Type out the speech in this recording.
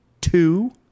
two